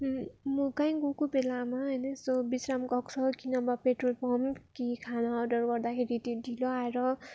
म कहीँ गएको बेलामा होइन यसो विश्राम कक्ष कि नभए पेट्रोल पम्प कि खाना अर्डर गर्दाखेरि ढि ढिलो आएर